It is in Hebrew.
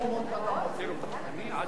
מה קרה לכם?